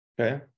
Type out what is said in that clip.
Okay